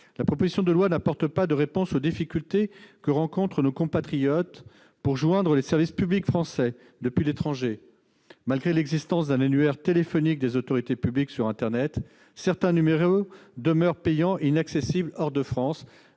un regret : ce texte n'apporte pas de réponse aux difficultés que rencontrent nos compatriotes expatriés à joindre les services publics français depuis leur pays de résidence, malgré l'existence d'un annuaire téléphonique des autorités publiques sur internet : certains numéros demeurent payants et inaccessibles depuis l'étranger.